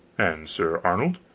and sir arnold,